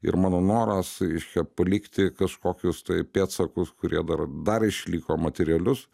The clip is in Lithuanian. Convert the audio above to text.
ir mano noras reiškia palikti kažkokius tai pėdsakus kurie dar dar išliko materialius